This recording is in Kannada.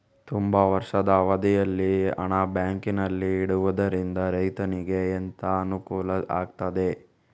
ತುಂಬಾ ವರ್ಷದ ಅವಧಿಯಲ್ಲಿ ಹಣ ಬ್ಯಾಂಕಿನಲ್ಲಿ ಇಡುವುದರಿಂದ ರೈತನಿಗೆ ಎಂತ ಅನುಕೂಲ ಆಗ್ತದೆ?